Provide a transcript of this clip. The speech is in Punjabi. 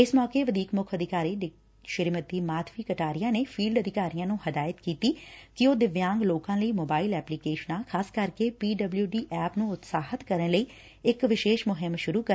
ਇਸ ਮੌਕੇ ਵਧੀਕ ਮੁੱਖ ਅਧਿਕਾਰੀ ਸ੍ਰੀਮਤੀ ਮਾਧਵੀ ਕਟਾਰੀਆ ਨੇ ਫੀਲਡ ਅਧਿਕਾਰੀਆਂ ਨੰ ਹਦਾਇਤ ਕੀਤੀ ਕਿ ਉਹ ਦਿਵਿਆਂਗ ਲੋਕਾ ਲਈ ਮੋਬਾਈਲ ਐਪਲੀਕੇਸ਼ਨਾਂ ਖਾਸ ਕਰਕੇ ਪੀ ਡਬਲਿਓ ਡੀ ਐਪ ਨੂੰ ਉਤਸ਼ਾਹਿਤ ਕਰਨ ਲਈ ਇਕ ਵਿਸ਼ੇਸ਼ ਮੁਹਿੰਮ ਸੁਰੁ ਕਰਨ